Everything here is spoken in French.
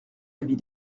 avis